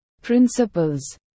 principles